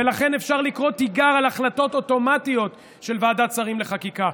ולכן אפשר לקרוא תיגר על החלטות אוטומטיות של ועדת שרים לחקיקה.